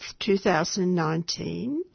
2019